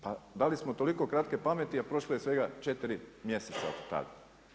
Pa da li smo toliko kratke pameti a prošle je svega 4 mjeseca od tad?